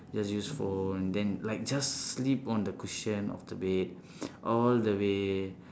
just use phone then like just sleep on the cushion on the bed all the way